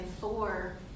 four